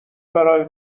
برای